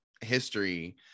history